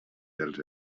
dels